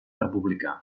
republicà